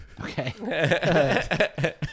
Okay